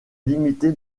limité